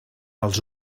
els